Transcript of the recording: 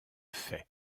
fait